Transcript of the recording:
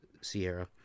Sierra